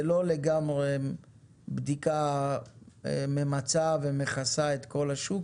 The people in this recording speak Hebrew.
זה לא לגמרי בדיקה ממצה ומכסה את כל השוק,